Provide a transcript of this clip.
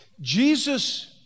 Jesus